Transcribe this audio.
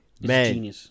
man